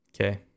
Okay